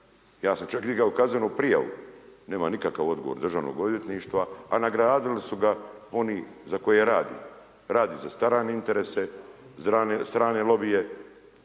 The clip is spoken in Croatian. ja sam čak digao kaznenu prijavu, nema nikakav odgovor državnog odvjetništva a nagradili su ga oni za koje radi. Radi za strane interese, strane lobije